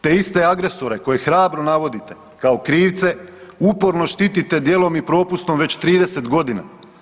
Te iste agresore koje hrabro navodite kao krivce uporno štitite dijelom i propustom već 30 godina.